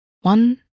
One